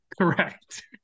Correct